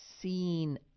seen